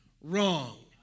wrong